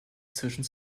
zwischen